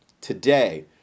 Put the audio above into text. Today